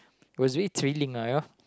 was really thrilling ah ya